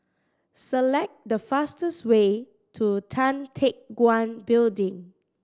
select the fastest way to Tan Teck Guan Building